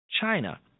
China